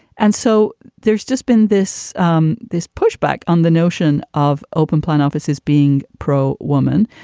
and so there's just been this um this pushback on the notion of open plan offices being pro woman.